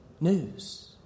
news